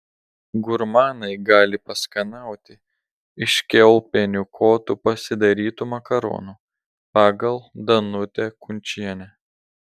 gurmanai gali paskanauti iš kiaulpienių kotų pasidarytų makaronų pagal danutę kunčienę